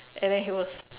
and then he was